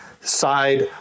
side